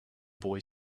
boy